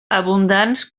abundants